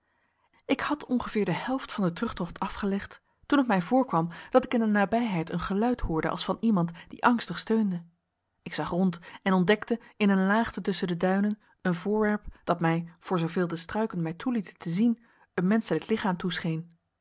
ik had ongeveer de helft van den terugtocht afgelegd toen het mij voorkwam dat ik in de nabijheid een geluid hoorde als van iemand die angstig steunde ik zag rond en ontdekte in een laagte tusschen de duinen een voorwerp dat mij voor zooveel de struiken mij toelieten te zien een menschelijk lichaam toescheen